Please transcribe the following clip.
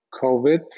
COVID